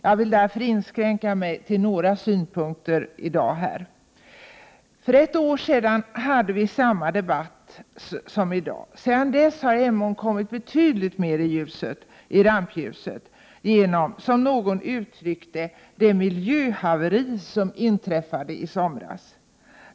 Jag vill därför inskränka mig till några synpunkter. För ett år sedan hade vi här i kammaren samma debatt som i dag. Sedan dess har Emån kommit betydligt mer i rampljuset genom, som någon uttryckte det, det miljöhaveri som inträffade i somras.